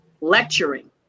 lecturing